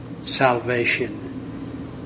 salvation